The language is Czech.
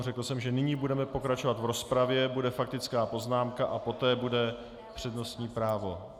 Řekl jsem, že nyní budeme pokračovat v rozpravě, bude faktická poznámka a poté bude přednostní právo.